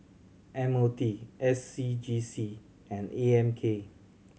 M O T S C G C and A M K